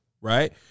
right